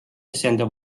iseenda